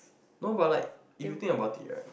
no but like if you think about it right